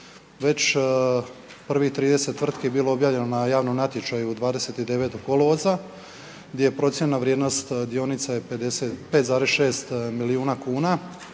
Već prvih 30 tvrtki bilo je objavljeno na javnom natječaju 29. kolovoz, gdje je procijenjena vrijednost dionica je 50 5,6 milijuna kuna,